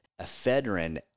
ephedrine